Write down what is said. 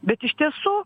bet iš tiesų